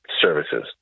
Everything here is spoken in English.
services